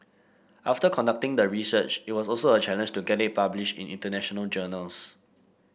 after conducting the research it was also a challenge to get it published in international journals